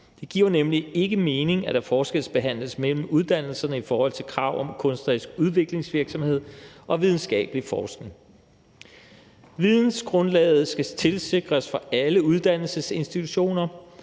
Det giver nemlig ikke mening, at der forskelsbehandles mellem uddannelserne i forhold til krav om kunstnerisk udviklingsvirksomhed og videnskabelig forskning. Vidensgrundlaget skal sikres for alle uddannelsesinstitutioner,